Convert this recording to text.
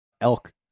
Elk